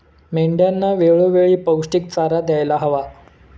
मेंढ्यांना वेळोवेळी पौष्टिक चारा द्यायला हवा